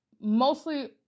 mostly